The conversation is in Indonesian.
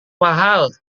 mahal